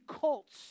cults